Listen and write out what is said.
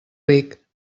ric